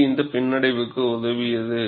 இது இந்த பின்னடைவுக்கு உதவியது